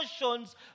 emotions